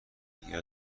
دیگر